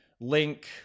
Link